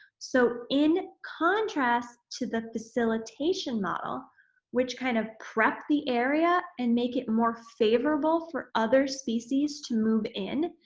so, in contrast to the facilitation model which kind of prep the area and make it more favorable for other species to move in,